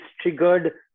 triggered